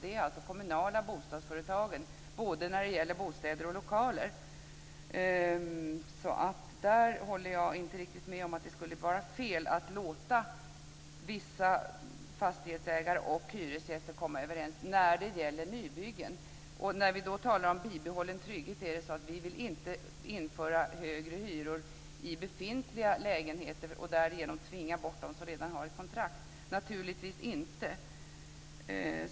Det är det de kommunala bostadsföretagen som är både när det gäller bostäder och lokaler. Jag håller alltså inte riktigt med om att det skulle vara fel att låta vissa fastighetsägare och hyresgäster komma överens när det gäller nybyggen. När vi talar om bibehållen trygghet är det inte så att vi vill införa högre hyror i befintliga lägenheter och därigenom tvinga bort dem som redan har ett kontrakt. Det vill vi naturligtvis inte.